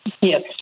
Yes